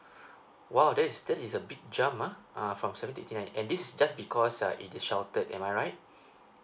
!wow! that is that is a big jump ah uh from seventy and this just because uh it is sheltered am I right